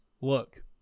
Look